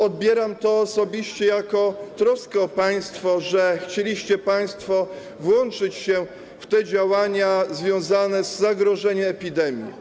Odbieram to osobiście jako troskę o państwo, chodzi o to, że chcieliście państwo włączyć się w te działania związane z zagrożeniem epidemią.